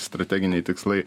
strateginiai tikslai